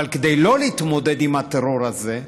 אבל כדי לא להתמודד עם הטרור הזה,